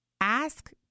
ask